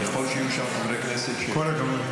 ככל שיהיו שם חברי כנסת --- תודה.